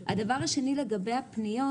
הדבר השני לגבי הפניות.